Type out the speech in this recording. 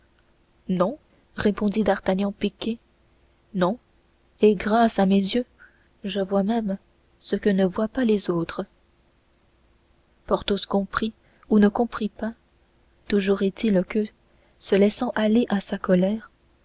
non répondit d'artagnan piqué non et grâce à mes yeux je vois même ce que ne voient pas les autres porthos comprit ou ne comprit pas toujours est-il que se laissant aller à sa colère